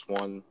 one